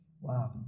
Wow